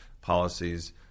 policies